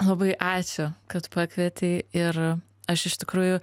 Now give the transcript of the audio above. labai ačiū kad pakvietei ir aš iš tikrųjų